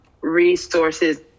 resources